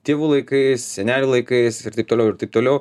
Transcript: tėvų laikais senelių laikais ir taip toliau ir taip toliau